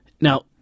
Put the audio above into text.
Now